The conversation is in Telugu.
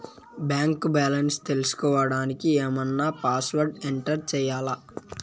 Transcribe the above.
బ్యాంకు బ్యాలెన్స్ తెలుసుకోవడానికి ఏమన్నా పాస్వర్డ్ ఎంటర్ చేయాలా?